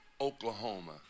Oklahoma